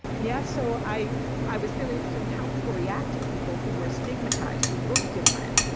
yeah, so i i was really interested in how people react to people who were stigmatized, who look different,